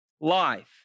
life